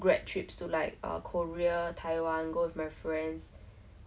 it was like really this year was like my best year for me like